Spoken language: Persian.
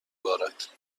بارد